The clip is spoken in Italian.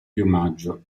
piumaggio